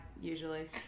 usually